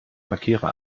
markiere